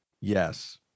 Yes